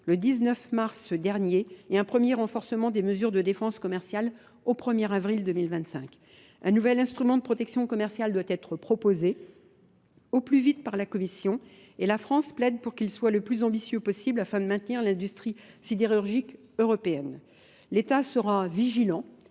le 19 mars dernier et un premier renforcement des mesures de défense commerciale au 1er avril 2025. Un nouvel instrument de protection commerciale doit être proposé. au plus vite par la Commission, et la France plaide pour qu'il soit le plus ambitieux possible afin de maintenir l'industrie sidérurgique européenne. L'État sera vigilant,